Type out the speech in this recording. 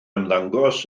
ymddangos